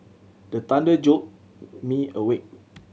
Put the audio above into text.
the thunder jolt me awake